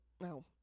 no